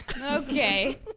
Okay